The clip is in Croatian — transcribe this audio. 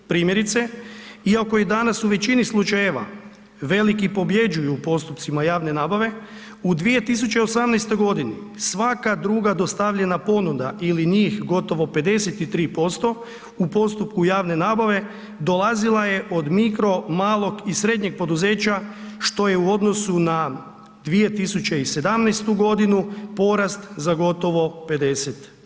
Primjerice, iako danas u većini slučajeva veliki pobjeđuju u postupcima javne nabave, u 2018. g. svaka druga dostavljena ponuda ili njih gotovo 53%, u postupku javne nabave, dolazila je od mikro, malog i srednjeg poduzeća što je u odnosu na 2017. g. porast za gotovo 50%